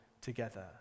together